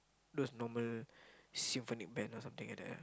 those normal symphonic band or something like that ah